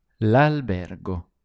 L'albergo